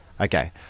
Okay